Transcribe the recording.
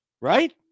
right